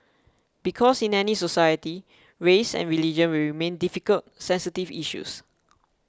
because in any society race and religion will remain difficult sensitive issues